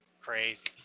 Crazy